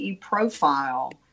profile